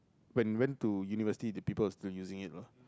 when went to university the people was still using it know